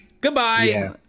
Goodbye